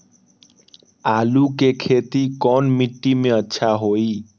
आलु के खेती कौन मिट्टी में अच्छा होइ?